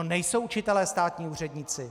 Nejsou učitelé státní úředníci.